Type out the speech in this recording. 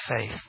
faith